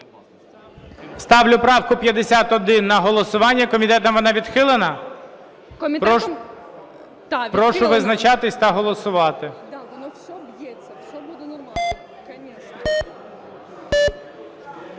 Ставлю правку 51 на голосування. Комітетом вона відхилена? Прошу визначатись та голосувати.